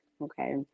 okay